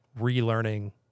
relearning